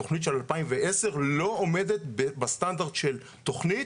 התוכנית של 2010 לא עומדת בסטנדרט של תוכנית,